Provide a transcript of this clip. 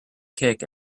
kick